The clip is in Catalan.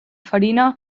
farina